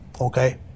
okay